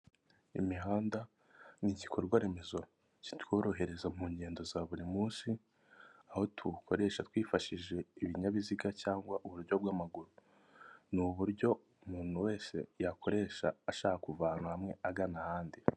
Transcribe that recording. Imihanda ni igikorwaremezo kitworohereza mu ngendo za buri munsi, aho tuwukoresha twifashishije ibinyabiziga cyangwa uburyo bw'amaguru, ni uburyo umuntu wese yakoresha ashaka kuva hamwe agana ahandi.